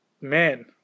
man